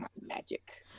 magic